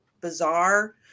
bizarre